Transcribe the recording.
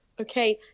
okay